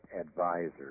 advisors